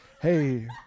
hey